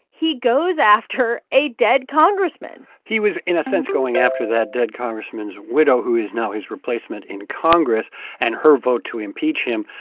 he goes after a dead congressman he was, in a sense, going after that dead congressman's widow, who is now his replacement in congress and her vote to impeach him,